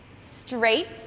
straight